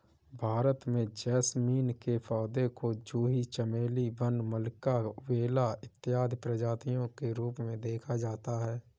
भारत में जैस्मीन के पौधे को जूही चमेली वन मल्लिका बेला इत्यादि प्रजातियों के रूप में देखा जाता है